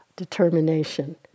determination